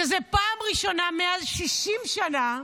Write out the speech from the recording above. זו פעם ראשונה מעל 60 שנה,